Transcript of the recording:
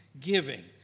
giving